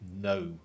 no